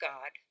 God